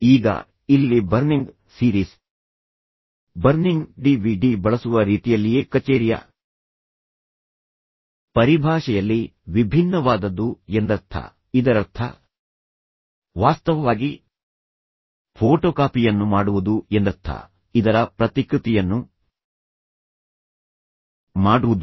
ಈಗ ಇಲ್ಲಿ burning series burning D V D ಬಳಸುವ ರೀತಿಯಲ್ಲಿಯೇ ಕಚೇರಿಯ ಪರಿಭಾಷೆಯಲ್ಲಿ ವಿಭಿನ್ನವಾದದ್ದು ಎಂದರ್ಥ ಇದರರ್ಥ ವಾಸ್ತವವಾಗಿ ಫೋಟೊಕಾಪಿಯನ್ನು ಮಾಡುವುದು ಎಂದರ್ಥ ಇದರ ಪ್ರತಿಕೃತಿಯನ್ನು ಮಾಡುವುದು